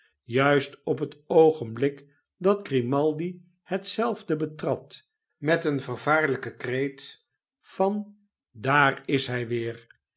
juist op het oogenblik dat grimaldi hetzelve betrad met een vervaarlijken kreet van daar is hij weer